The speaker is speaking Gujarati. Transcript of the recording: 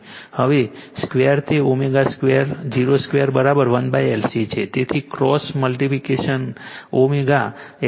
હવે 2 તે ω02 1LC છે તેથી ક્રોસ મલ્ટિપ્લિકેશન ω LC ω02 1 છે